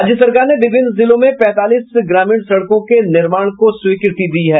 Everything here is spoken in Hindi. राज्य सरकार ने विभिन्न जिलों में पैंतालीस ग्रामीण सड़कों के निर्माण को स्वीकृति दी है